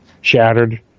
shattered